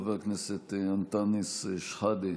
חבר הכנסת אנטאנס שחאדה,